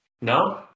No